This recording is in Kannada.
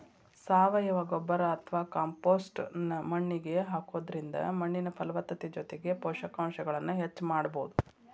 ಸಾವಯವ ಗೊಬ್ಬರ ಅತ್ವಾ ಕಾಂಪೋಸ್ಟ್ ನ್ನ ಮಣ್ಣಿಗೆ ಹಾಕೋದ್ರಿಂದ ಮಣ್ಣಿನ ಫಲವತ್ತತೆ ಜೊತೆಗೆ ಪೋಷಕಾಂಶಗಳನ್ನ ಹೆಚ್ಚ ಮಾಡಬೋದು